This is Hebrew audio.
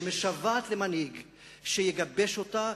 שמשוועת למנהיג שיגבש אותה.